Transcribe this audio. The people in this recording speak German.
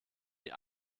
die